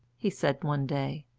he said one day,